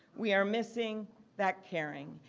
we are missing that caring.